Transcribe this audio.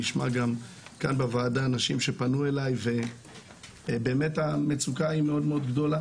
נשמע גם כאן בוועדה נשים שפנו אלי ובאמת המצוקה היא מאוד מאוד גדולה